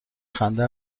خنده